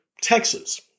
Texas